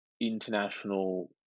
international